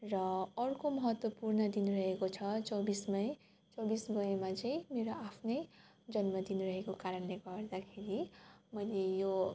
र अर्को महत्त्वपूर्ण दिन रहेको छ चौबिस मई चौबिस मईमा चाहिँ मेरो आफ्नै जन्मदिन रहेको कारणले गर्दाखेरि मैले यो